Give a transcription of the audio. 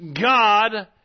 God